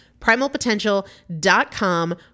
Primalpotential.com